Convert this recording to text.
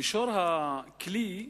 מישור הכלי,